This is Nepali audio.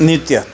नृत्य